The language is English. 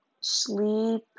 sleep